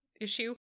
issue